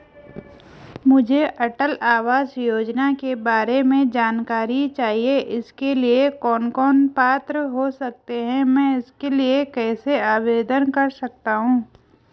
मुझे अटल आवास योजना के बारे में जानकारी चाहिए इसके लिए कौन कौन पात्र हो सकते हैं मैं इसके लिए कैसे आवेदन कर सकता हूँ?